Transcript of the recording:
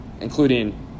including